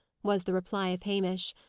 was the reply of hamish.